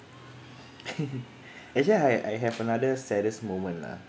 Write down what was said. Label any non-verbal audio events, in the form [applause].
[laughs] actually I I have another saddest moment lah